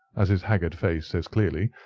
as his haggard face says clearly.